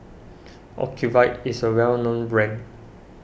Ocuvite is a well known brand